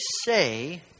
say